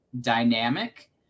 dynamic